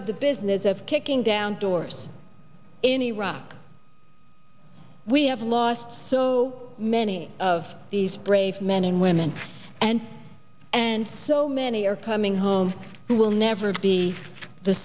of the business of kicking down doors in iraq we have lost so many of these brave men and women and and so many are coming home and will never be the